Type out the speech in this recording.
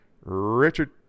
richard